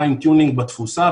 פיין טיונינג בתפוסה,